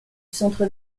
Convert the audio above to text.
centre